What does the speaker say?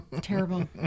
Terrible